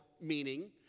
meaning